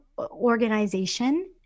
organization